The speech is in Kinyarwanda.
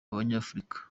banyafurika